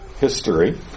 history